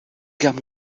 guerre